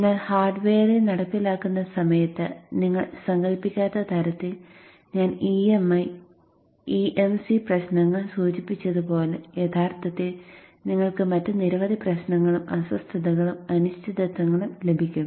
എന്നാൽ ഹാർഡ്വെയറിൽ നടപ്പിലാക്കുന്ന സമയത്ത് നിങ്ങൾ സങ്കൽപ്പിക്കാത്ത തരത്തിൽ ഞാൻ EMI EMC പ്രശ്നങ്ങൾ സൂചിപ്പിച്ചതുപോലെ യഥാർത്ഥത്തിൽ നിങ്ങൾക്ക് മറ്റ് നിരവധി പ്രശ്നങ്ങളും അസ്വസ്ഥതകളും അനിശ്ചിതത്വങ്ങളും ലഭിക്കും